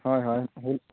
ᱦᱳᱩ ᱦᱳᱭ